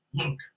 look